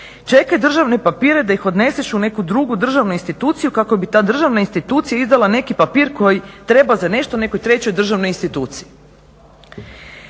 čekaj državne papire da ih odneseš u neku drugu državnu instituciju kako bi ta državna institucija izdala neki papir koji treba za nešto nekoj trećoj državnoj instituciji.